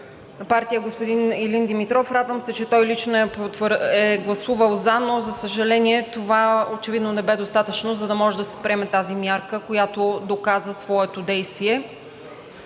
партия е господин Илин Димитров. Радвам се, че той лично е гласувал за, но, за съжаление, това очевидно не бе достатъчно, за да може да се приеме тази мярка, която доказа своето действие.